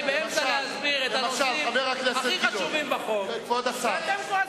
אני באמצע ההסבר של הנושאים הכי חשובים בחוק ואתם כועסים.